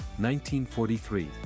1943